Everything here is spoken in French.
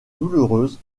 douloureuse